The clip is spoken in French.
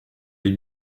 les